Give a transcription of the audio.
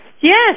Yes